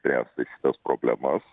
spręsti tas problemas